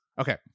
Okay